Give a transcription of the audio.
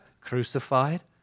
crucified